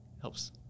helps